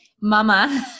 Mama